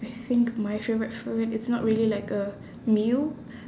I think my favourite food it's not really like a meal